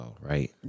right